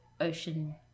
ocean